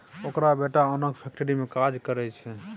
ओकर बेटा ओनक फैक्ट्री मे काज करय छै